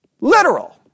literal